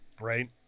right